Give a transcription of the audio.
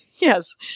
Yes